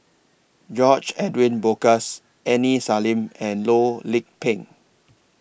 George Edwin Bogaars Aini Salim and Loh Lik Peng